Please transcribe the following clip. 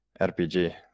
RPG